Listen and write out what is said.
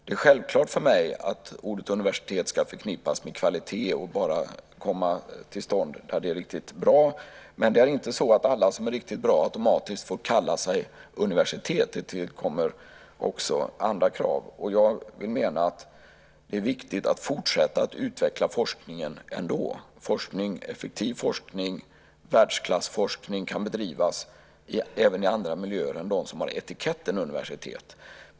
Det är självklart för mig att ordet "universitet" ska förknippas med kvalitet och bara komma till stånd när det är riktigt bra, men det är inte så att alla som är riktigt bra automatiskt får kalla sig universitet. Det tillkommer också andra krav. Jag vill mena att det är viktigt att fortsätta att utveckla forskningen ändå. Effektiv forskning, världsklassforskning, kan bedrivas även i andra miljöer än dem som har etiketten "universitet".